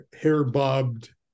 hair-bobbed